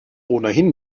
ohnehin